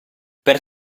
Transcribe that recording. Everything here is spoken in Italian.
per